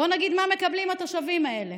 בואו נגיד מה מקבלים התושבים האלה.